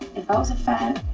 was a fan,